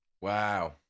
wow